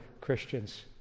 Christians